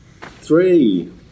three